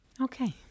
Okay